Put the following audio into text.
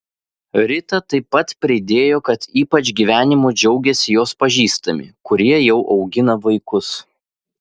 rita taip pat pridėjo kad ypač gyvenimu džiaugiasi jos pažįstami kurie jau augina vaikus